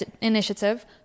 initiative